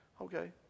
Okay